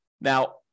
Now